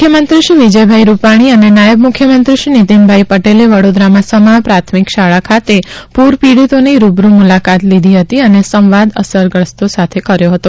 મુખ્યમંત્રીશ્રી વિજયભાઇ રૂપાણી અને નાયબ મુખ્યમંત્રી શ્રી નીતિનભાઇ પટેલે વડોદરામાં સમા પ્રાથમિક શાળા ખાતે પૂર પીડિતોની રૂબરૂ મુલાકાત લીધી હતી અને સંવાદ અસરગ્રસ્તો સાથે કર્યો હતો